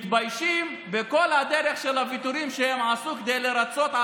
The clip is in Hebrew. מתביישים בכל הדרך של הוויתורים שהם עשו כדי לרצות,